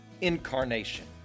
Incarnation